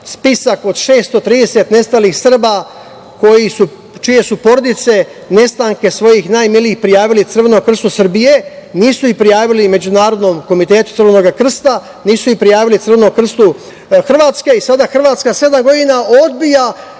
spisak od 630 nestalih Srba čije su porodice nestanke svojih najmilijih prijavili Crvenom krstu Srbije. Nisu ih prijavili Međunarodnom komitetu Crvenog krsta, nisu ih prijavili Crvenom krstu Hrvatske i sada Hrvatska sedam godina odbija